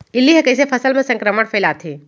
इल्ली ह कइसे फसल म संक्रमण फइलाथे?